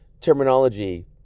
terminology